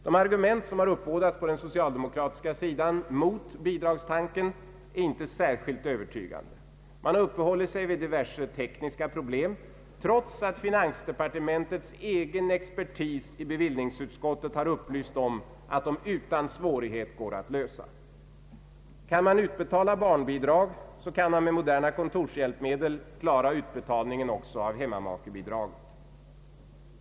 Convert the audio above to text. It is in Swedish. De argument som uppbådats på den socialdemokratiska sidan emot bidragstanken är inte särskilt övertygande. Man har uppehållit sig vid diverse tekniska problem, trots att finansdepartementets egen expertis upplyst bevillningsutskottet om att dessa problem utan svårighet går att lösa. Kan man utbetala barnbidrag, kan man med moderna kontorshjälpmedel klara utbetalningen också av hemmamakebidrag.